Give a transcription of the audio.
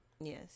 Yes